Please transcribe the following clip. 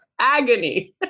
agony